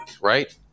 right